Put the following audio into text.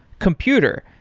computer,